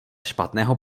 špatného